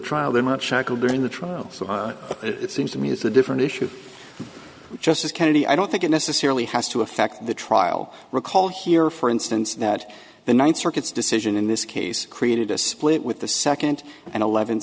shackled during the trial so it seems to me it's a different issue justice kennedy i don't think it necessarily has to affect the trial recall here for instance that the ninth circuit's decision in this case created a split with the second and eleven